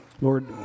Lord